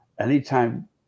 anytime